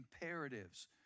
imperatives